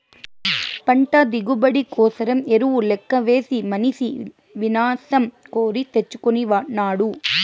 పంట దిగుబడి కోసరం ఎరువు లెక్కవేసి మనిసి వినాశం కోరి తెచ్చుకొనినాడు